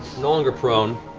no longer prone.